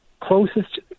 closest